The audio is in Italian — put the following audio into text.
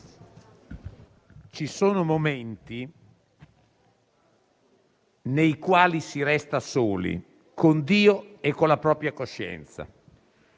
Ci sono momenti nei quali si resta soli con Dio e con la propria coscienza.